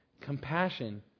Compassion